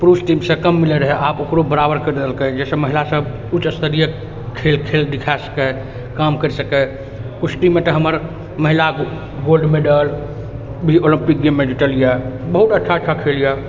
पुरुष टीमसँ कम मिलै रहै आब ओकरो बराबर करि देलकै जाहिसँ महिला सभ उच्चस्तरीय खेल खेल दिखा सकै काम करि सकै कुश्तीमे तऽ हमर महिला गोल्ड मैडल भी ओलम्पिक गेममे जीतल यऽ बहुत अच्छा अच्छा खेल यऽ